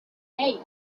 hey